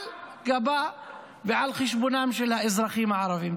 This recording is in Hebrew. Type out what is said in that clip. על גבם ועל חשבונם של האזרחים הערבים.